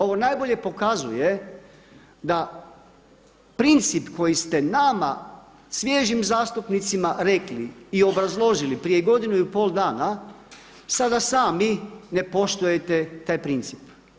Ovo najbolje pokazuje da princip koji ste nama svježim zastupnicima rekli i obrazložili prije godinu i pol dana sada sami ne poštujete taj princip.